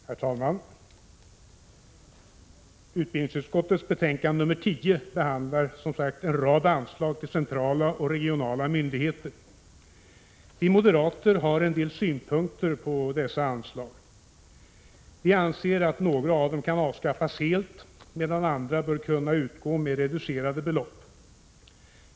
Herr talman! Utbildningsutskottets betänkande nr 10 behandlar en rad anslag till centrala och regionala myndigheter. Vi moderater har en del synpunkter på dessa anslag. Vi anser att några av dem kan avskaffas helt, medan andra bör kunna utgå med reducerade belopp.